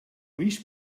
lluís